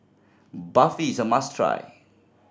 barfi is a must try